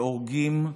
שהורגים,